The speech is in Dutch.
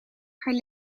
haar